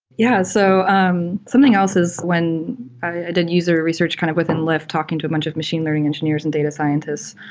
yeah. so um something else is when the user research kind of within lyft talking to a bunch of machine learning engineers and data scientists.